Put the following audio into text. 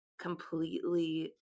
completely